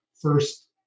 first